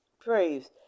praise